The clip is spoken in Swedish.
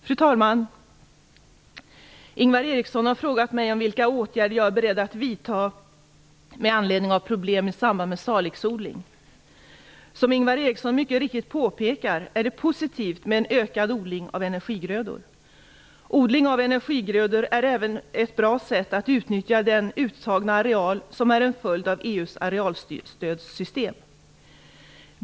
Fru talman! Ingvar Eriksson har frågat mig om vilka åtgärder jag är beredd att vidta med anledning av problem i samband med salixodling. Som Ingvar Eriksson mycket riktigt påpekar är det positivt med en ökad odling av energigrödor. Odling av energigrödor är även ett bra sätt att utnyttja den uttagna areal som är en följd av EU:s arealstödssystem.